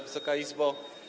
Wysoka Izbo!